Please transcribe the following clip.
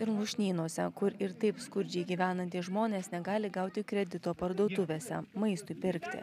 ir lūšnynuose kur ir taip skurdžiai gyvenantys žmonės negali gauti kredito parduotuvėse maistui pirkti